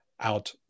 out